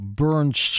burned